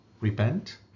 repent